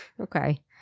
okay